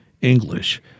English